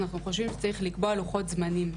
אנחנו חושבים שצריך לקבוע לוחות זמנים.